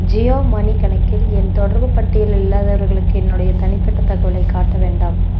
Jio money கணக்கில் என் தொடர்புப் பட்டியலில் இல்லாதவர்களுக்கு என்னுடைய தனிப்பட்ட தகவலைக் காட்ட வேண்டாம்